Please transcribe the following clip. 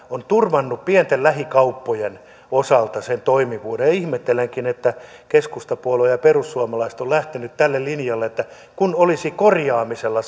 on turvannut pienten lähikauppojen osalta sen toimivuuden ihmettelenkin että keskustapuolue ja perussuomalaiset ovat lähteneet tälle linjalle että kun olisi korjaamisella